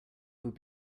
would